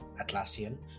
Atlassian